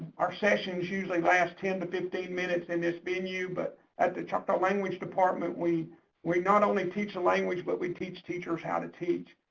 our sessions usually last ten to fifteen minutes in this venue, but at the choctaw language department we we not only teach the language, but we teach teachers how to teach.